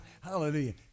Hallelujah